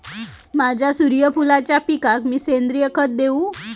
माझ्या सूर्यफुलाच्या पिकाक मी सेंद्रिय खत देवू?